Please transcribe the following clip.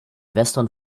western